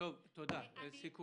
אני ריאלית.